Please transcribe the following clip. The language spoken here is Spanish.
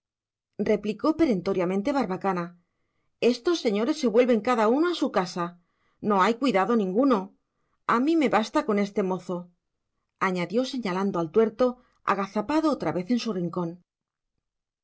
eso replicó perentoriamente barbacana estos señores se vuelven cada uno a su casa no hay cuidado ninguno a mí me basta con este mozo añadió señalando al tuerto agazapado otra vez en su rincón